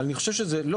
אבל אני חושב שלא,